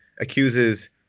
accuses